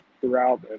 throughout